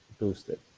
boost it.